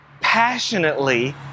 passionately